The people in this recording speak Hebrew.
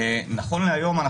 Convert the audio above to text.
נכון להיום,